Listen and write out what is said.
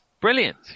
brilliant